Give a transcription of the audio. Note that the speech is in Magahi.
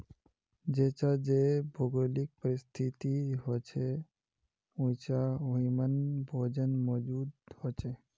जेछां जे भौगोलिक परिस्तिथि होछे उछां वहिमन भोजन मौजूद होचे